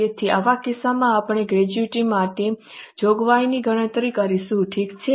તેથી આવા કિસ્સામાં આપણે ગ્રેચ્યુટી માટેની જોગવાઈની ગણતરી કરીશું ઠીક છે